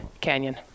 canyon